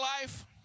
life